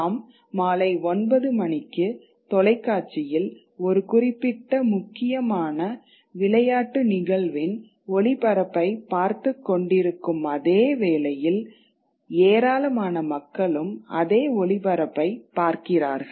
நாம் மாலை 9 மணிக்கு தொலைக்காட்சியில் ஒரு குறிப்பிட்ட முக்கியமான விளையாட்டு நிகழ்வின் ஒளிபரப்பைப் பார்த்துக்கொண்டிருக்கும் அதேவேளையில் ஏராளமான மக்களும் அதே ஒளிபரப்பை பார்க்கிறார்கள்